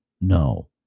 No